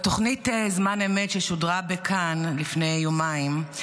בתוכנית זמן אמת ששודרה בכאן לפני יומיים,